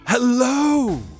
Hello